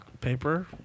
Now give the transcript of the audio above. paper